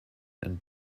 and